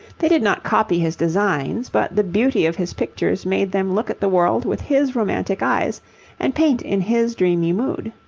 they did not copy his designs, but the beauty of his pictures made them look at the world with his romantic eyes and paint in his dreamy mood.